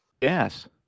Yes